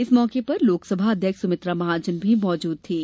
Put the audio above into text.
इस मौके पर लोकसभा अध्यक्ष सुमित्रा महाजन भी मौजूद थीं